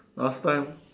last time